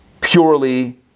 purely